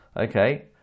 okay